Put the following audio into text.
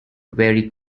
very